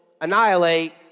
annihilate